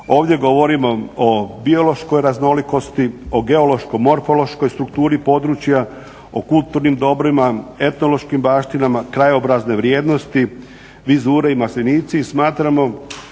Ovdje govorimo o biološkoj raznolikosti, o geološko-morfološkoj strukturi područja, o kulturnim dobrima, etnološkim baštinama krajobrazne vrijednosti, vizure i maslinici. Smatramo